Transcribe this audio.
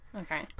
Okay